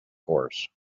course